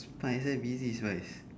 spice eh busy spice